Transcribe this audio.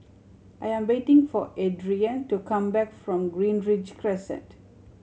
I am waiting for Adrien to come back from Greenridge Crescent